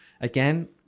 again